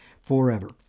forever